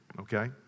Okay